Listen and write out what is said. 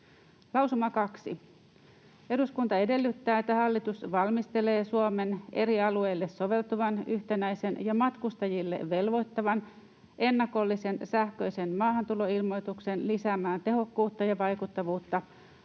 Lausuma 2: ”Eduskunta edellyttää, että hallitus valmistelee Suomen eri alueille soveltuvan, yhtenäisen ja matkustajille velvoittavan ennakollisen sähköisen maahantuloilmoituksen lisäämään tehokkuutta ja vaikuttavuutta